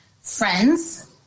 friends